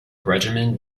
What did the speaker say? regiment